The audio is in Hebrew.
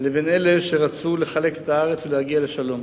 לבין אלה שרצו לחלק את הארץ ולהגיע לשלום.